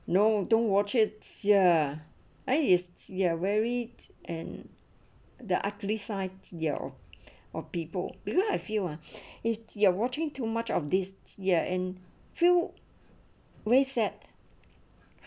no don't watch it ya I is ya weary and the ugly side there are people because I feel ah if you're watching too much of this ya and few vary sad